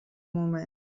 moment